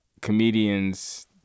comedians